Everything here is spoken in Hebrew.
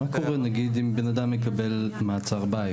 אם אדם מקבל מעצר בית,